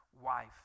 wife